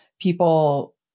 people